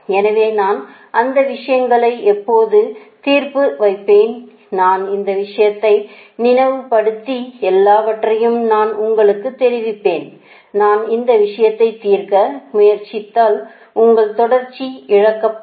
எனவே நான் அந்த விஷயங்களை எப்போது தீர்த்து வைப்பேன் நான் இந்த விஷயத்தை நினைவுபடுத்தி எல்லாவற்றையும் நான் உங்களுக்குத் தெரிவிப்பேன் நான் இந்த விஷயத்தை தீர்க்க முயற்சித்தால் உங்கள் தொடர்ச்சி இழக்கப்படும்